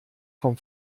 vom